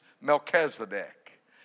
Melchizedek